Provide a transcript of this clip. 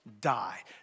die